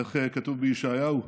איך כתוב בישעיהו?